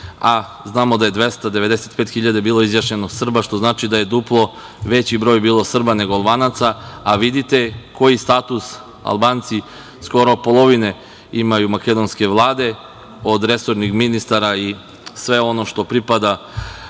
a znamo da je 295.000 bilo izjašnjeno Srba, što znači da je duplo veći broj bilo Srba nego Albanaca, a vidite koji status Albanci skoro polovine imaju makedonske vlade, od resornih ministara i sve ono što pripada